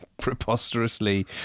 preposterously